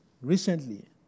recently